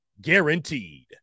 guaranteed